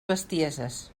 bestieses